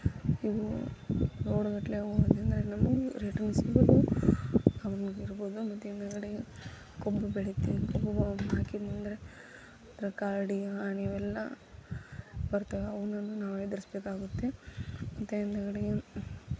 ಇವು ಲೋಡ್ಗಟ್ಟಲೆ ಹೋಗೋದಿದ್ದರೆ ನಮಗೂ ರಿಟನ್ ಸಿಗುವುದು ಇರ್ಬೋದು ಮತ್ತು ಹಿಂದುಗಡೆಗೆ ಕಬ್ಬು ಬೆಳೀತಿದೆ ಕಬ್ಬು ಬ ಹಾಕಿದೆನೆಂದ್ರೆ ಅದ್ರಾಗ ಕರಡಿ ಆನೆ ಅವೆಲ್ಲ ಬರ್ತವೆ ಅವುನನ್ನು ನಾವು ಎದುರಿಸ್ಬೇಕಾಗುತ್ತೆ ಮತ್ತು ಹಿಂದುಗಡೆಗೆ